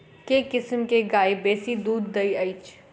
केँ किसिम केँ गाय बेसी दुध दइ अछि?